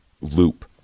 loop